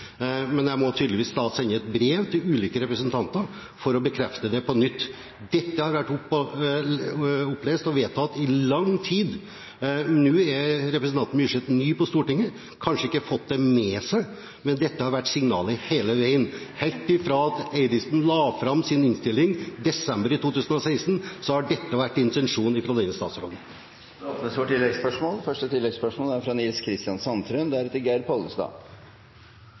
men jeg må tydeligvis sende et brev til ulike representanter for å bekrefte det på nytt. Dette har vært opplest og vedtatt i lang tid. Nå er representanten Myrseth ny på Stortinget og har kanskje ikke fått det med seg, men dette har vært signalet hele veien. Helt fra Eidesen la fram sin innstilling i desember 2016, har dette vært intensjonen fra denne statsråden. Det